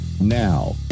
Now